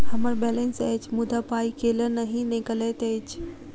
हम्मर बैलेंस अछि मुदा पाई केल नहि निकलैत अछि?